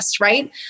Right